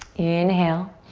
inhale.